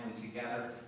together